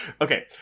okay